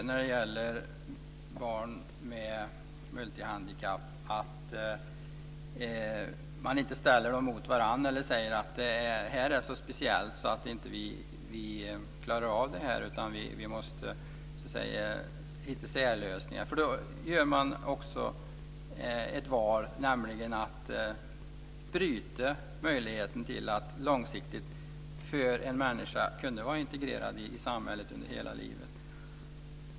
När det gäller barn med multihandikapp är det viktigt att man inte ställer dem mot varandra eller säger att det är så speciellt att man inte klarar av det och måste hitta särlösningar, eftersom man då gör ett val och bryter möjligheten för en människa att kunna vara integrerad i samhället under hela livet.